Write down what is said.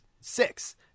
Six